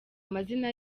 amazina